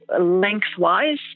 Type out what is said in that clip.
lengthwise